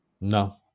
No